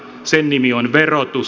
sen nimi on verotus